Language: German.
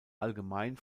allgemein